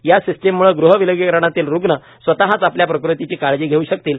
या सिस्टीममुळे गृह विलगीकरणातील रुग्ण स्वतच आपल्या प्रकृतिची काळजी घेउ शकतील